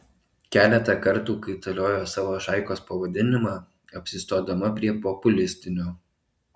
keletą kartų kaitaliojo savo šaikos pavadinimą apsistodama prie populistinio